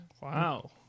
Wow